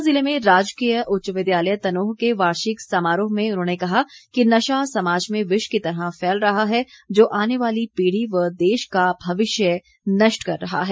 ऊना जिले में राजकीय उच्च विद्यालय तनोह के वार्षिक समारोह में उन्होंने कहा कि नशा समाज में विष की तरह फैल रहा है जो आने वाली पीढ़ी व देश का भविष्य नष्ट कर रहा है